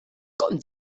comme